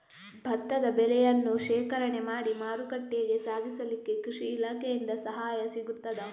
ಭತ್ತದ ಬೆಳೆಯನ್ನು ಶೇಖರಣೆ ಮಾಡಿ ಮಾರುಕಟ್ಟೆಗೆ ಸಾಗಿಸಲಿಕ್ಕೆ ಕೃಷಿ ಇಲಾಖೆಯಿಂದ ಸಹಾಯ ಸಿಗುತ್ತದಾ?